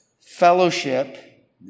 fellowship